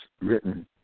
written